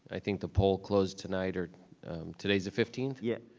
i think the poll closed tonight or today's the fifteenth? yeah.